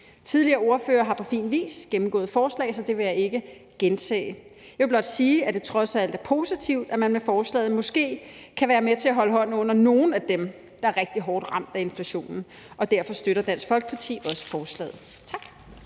Tidligere ordførere har på fin vis gennemgået forslaget, så det vil jeg ikke gentage. Jeg vil blot sige, at det trods alt er positivt, at man med forslaget måske kan være med til at holde hånden under nogle af dem, der er rigtig hårdt ramt af inflationen, og derfor støtter Dansk Folkeparti også forslaget. Tak.